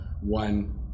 one